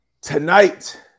Tonight